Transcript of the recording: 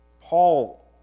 Paul